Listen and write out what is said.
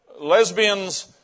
lesbians